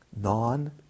Non